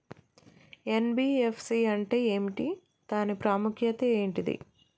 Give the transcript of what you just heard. NBFC అంటే ఏమిటి దాని ప్రాముఖ్యత ఏంటిది?